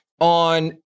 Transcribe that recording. on